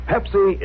Pepsi